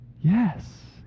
Yes